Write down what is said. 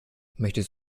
möchtest